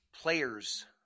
players